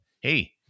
hey